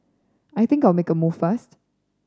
I think I'll make a move first